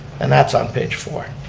and that's on page four.